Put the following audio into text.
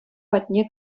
патне